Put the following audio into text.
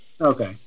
Okay